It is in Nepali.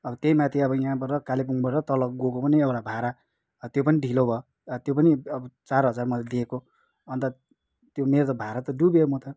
अब त्यहीमाथि अब यहाँबाट कालेबुङबाट तल गएको पनि एउटा भाडा त्यो पनि ढिलो भयो त्यो पनि अब चार हजार मैले दिएको अन्त त्यो मेरो त भाडा त डुब्यो म त